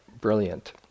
brilliant